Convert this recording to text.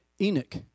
Enoch